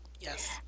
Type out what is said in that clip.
Yes